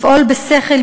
לפעול בשכל,